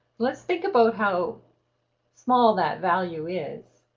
let's think about how small that value is.